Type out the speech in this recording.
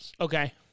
Okay